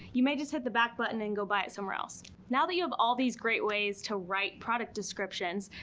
you may just hit the back button and go buy it somewhere else. now that you have all these great ways to write product descriptions,